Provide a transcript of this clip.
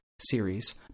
series